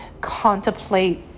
contemplate